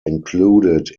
included